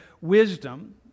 wisdom